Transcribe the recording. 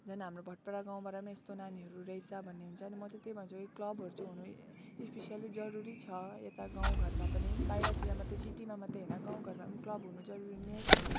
झन् हाम्रो भटपाडा गाउँबाट यस्तो नानीहरू रहेछ भन्ने हुन्छ अनि म चाहिँ त्यही भन्छु है क्लबहरू चाहिँ हुनु स्पेसियल्ली जरुरी छ यता गाउँ घरमा पनि बाहिरतिर मात्र सिटीमा मात्र होइन गाउँ घरमा क्लब हुनु जरुरी नै छ